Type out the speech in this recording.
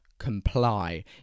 comply